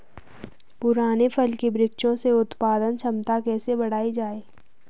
पुराने फल के वृक्षों से उत्पादन क्षमता कैसे बढ़ायी जाए?